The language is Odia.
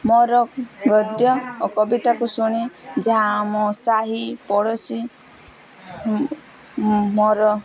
ମୋର ଗଦ୍ୟ ଓ କବିତାକୁ ଶୁଣି ଯାହା ଆମ ସାହି ପଡ଼ୋଶୀ ମୋର